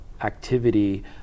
activity